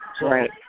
right